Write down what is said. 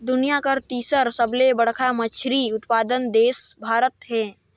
दुनिया कर तीसर सबले बड़खा मछली उत्पादक देश भारत हे